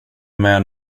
med